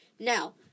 Now